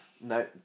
no